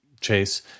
chase